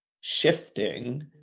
Shifting